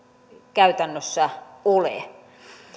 käytännössä ole